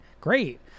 Great